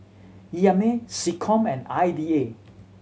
E M A SecCom and I D A